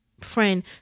friend